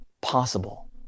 possible